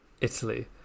italy